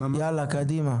יאללה, קדימה.